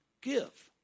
give